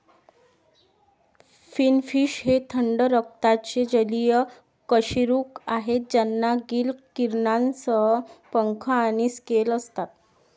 finfish हे थंड रक्ताचे जलीय कशेरुक आहेत ज्यांना गिल किरणांसह पंख आणि स्केल असतात